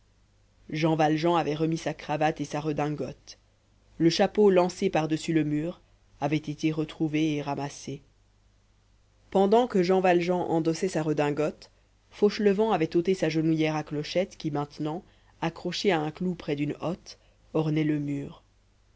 jean valjean avait remis sa cravate et sa redingote le chapeau lancé par-dessus le mur avait été retrouvé et ramassé pendant que jean valjean endossait sa redingote fauchelevent avait ôté sa genouillère à clochette qui maintenant accrochée à un clou près d'une hotte ornait le mur